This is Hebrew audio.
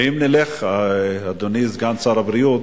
ואם נלך, אדוני סגן שר הבריאות,